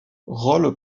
rôles